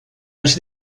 els